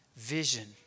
vision